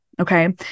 okay